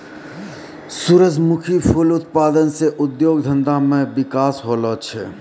सुरजमुखी फूल उत्पादन से उद्योग धंधा मे बिकास होलो छै